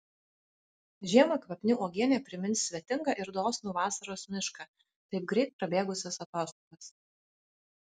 žiemą kvapni uogienė primins svetingą ir dosnų vasaros mišką taip greit prabėgusias atostogas